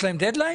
יש להם דד-ליין?